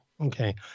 Okay